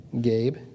Gabe